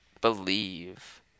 believe